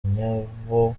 nyabo